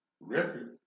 record